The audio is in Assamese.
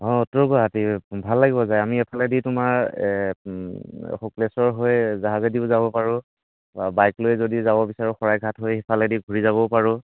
অঁ উত্তৰ গুৱাহাটীত ভাল লাগিব জাৰ্ণি এইফালেদি তোমাৰ শুক্লেশ্বৰ হৈ জাহাজেদিও যাব পাৰোঁ বা বাইক লৈ যদি যাব বিচাৰোঁ শৰাইঘাট হৈ সেইফালেদি ঘূৰি যাবও পাৰোঁ